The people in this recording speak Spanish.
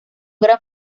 gran